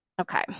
Okay